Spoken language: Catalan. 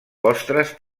postres